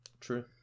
True